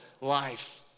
life